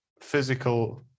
physical